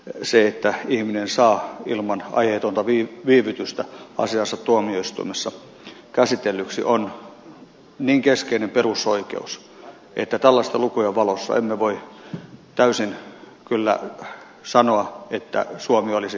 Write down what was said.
se että ihminen saa ilman aiheetonta viivytystä asiansa tuomioistuimessa käsitellyksi on niin keskeinen perusoikeus että tällaisten lukujen valossa emme voi täysin kyllä sanoa että suomi olisi oikeusvaltio